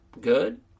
good